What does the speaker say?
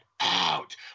out